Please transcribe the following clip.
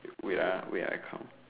wait ah wait ah I count